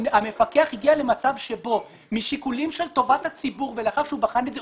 המפקח הגיע למצב שבו משיקולים של טובת הציבור ולאחר שהוא בחן את זה,